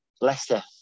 Leicester